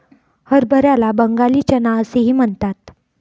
हरभऱ्याला बंगाली चना असेही म्हणतात